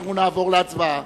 אנחנו נעבור להצבעה.